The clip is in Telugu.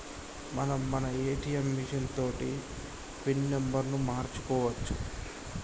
మనం మన ఏటీఎం మిషన్ తోటి పిన్ నెంబర్ను మార్చుకోవచ్చు